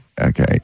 Okay